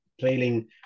trailing